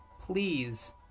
please